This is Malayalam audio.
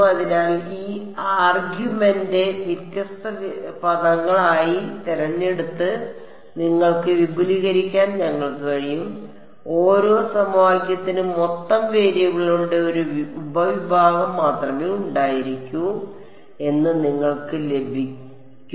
അതിനാൽ ഈ ആർഗ്യുമെന്റ് വ്യത്യസ്ത വ്യത്യസ്ത പദങ്ങൾ ആയി തിരഞ്ഞെടുത്ത് നിങ്ങൾക്ക് വിപുലീകരിക്കാൻ ഞങ്ങൾക്ക് കഴിയും ഓരോ സമവാക്യത്തിനും മൊത്തം വേരിയബിളുകളുടെ ഒരു ഉപവിഭാഗം മാത്രമേ ഉണ്ടായിരിക്കൂ എന്ന് നിങ്ങൾക്ക് ലഭിക്കും